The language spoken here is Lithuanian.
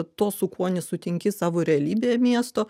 to su kuo nesutinki savo realybėje miesto